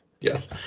Yes